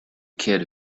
kid